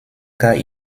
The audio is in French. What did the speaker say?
cas